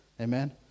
Amen